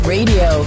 Radio